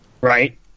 right